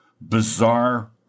bizarre